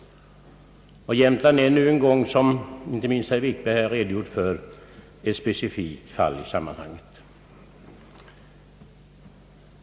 Jämtland är nu en gång, som inte minst herr Wikberg här redogjort för, ett specifikt fall i detta sammanhang.